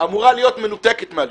אמורה להיות מנותקת מהלשכה.